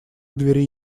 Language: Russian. двери